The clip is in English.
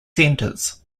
centers